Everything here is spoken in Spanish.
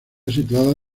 situada